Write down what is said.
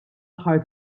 aħħar